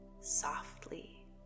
softly